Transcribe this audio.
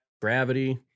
gravity